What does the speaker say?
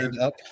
up